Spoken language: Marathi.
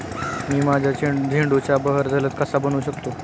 मी माझ्या झेंडूचा बहर जलद कसा बनवू शकतो?